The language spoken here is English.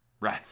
Right